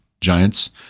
giants